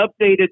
updated